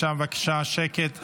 אפשר בבקשה שקט?